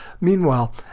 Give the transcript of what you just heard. Meanwhile